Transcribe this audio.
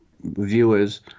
viewers